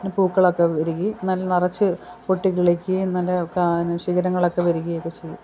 പിന്നെ പൂക്കളൊക്കെ വരികയും എന്നാലും നിറച്ച് പൊട്ടിക്കിളിക്കയും നല്ല കാ എന്ന ശിഖരങ്ങളൊക്കെ വരികയൊക്കെ ചെയ്യും